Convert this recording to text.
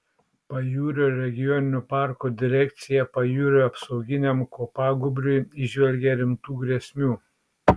pajūrio regioninio parko direkcija pajūrio apsauginiam kopagūbriui įžvelgia rimtų grėsmių